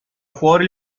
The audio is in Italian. fuori